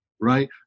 right